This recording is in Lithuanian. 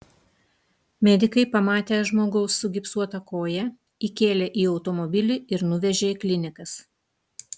medikai pamatę žmogaus sugipsuotą koją įkėlė į automobilį ir nuvežė į klinikas